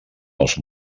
els